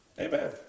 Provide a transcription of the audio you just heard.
Amen